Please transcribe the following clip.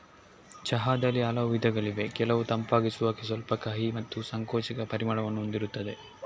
ಚಹಾದಲ್ಲಿ ಹಲವು ವಿಧಗಳಿವೆ ಕೆಲವು ತಂಪಾಗಿಸುವ, ಸ್ವಲ್ಪ ಕಹಿ ಮತ್ತು ಸಂಕೋಚಕ ಪರಿಮಳವನ್ನು ಹೊಂದಿರುತ್ತವೆ